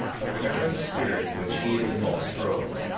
but remembering the spirit in which he and de monts strove,